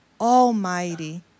Almighty